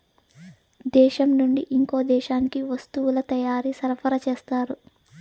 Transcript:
దేశం నుండి ఇంకో దేశానికి వస్తువుల తయారీ సరఫరా చేస్తారు